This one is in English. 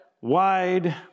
wide